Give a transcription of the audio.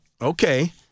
okay